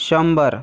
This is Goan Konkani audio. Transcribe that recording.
शंबर